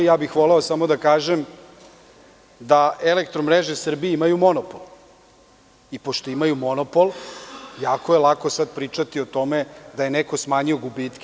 Voleo bih samo da kažem da Elektromreže Srbije imaju monopol i pošto imaju monopol, jako je lako pričati o tome da je neko smanjio gubitke.